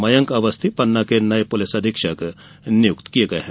मयंक अवस्थी पन्ना के नये पुलिस अधीक्षक नियुक्त किये गये हैं